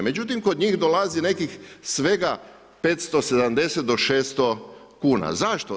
Međutim kod njih dolazi nekih svega 570 do 600 kuna. zašto?